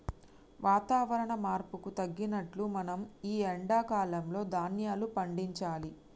వాతవరణ మార్పుకు తగినట్లు మనం ఈ ఎండా కాలం లో ధ్యాన్యాలు పండించాలి